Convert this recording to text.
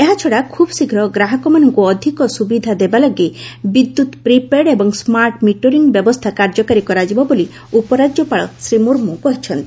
ଏହାଛଡ଼ା ଖୁବ୍ ଶୀଘ୍ର ଗ୍ରାହକମାନଙ୍କୁ ଅଧିକ ସୁବିଧା ଦେବାଲାଗି ବିଦ୍ୟୁତ୍ ପ୍ରିପେଡ୍ ଏବଂ ସ୍କାର୍ଟ ମିଟରିଂ ବ୍ୟବସ୍ଥା କାର୍ଯ୍ୟକାରୀ କରାଯିବ ବୋଲି ଉପରାଜ୍ୟପାଳ ଶ୍ରୀ ମୁର୍ମୁ କହିଛନ୍ତି